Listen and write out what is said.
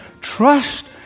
trust